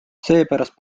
seepärast